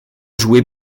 joué